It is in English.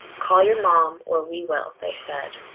call your mom or we will, they said.